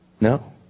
No